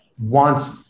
wants